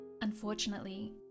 Unfortunately